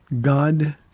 God